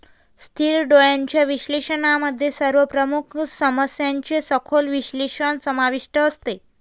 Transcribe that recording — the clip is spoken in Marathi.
स्थिर डोळ्यांच्या विश्लेषणामध्ये सर्व प्रमुख समस्यांचे सखोल विश्लेषण समाविष्ट असते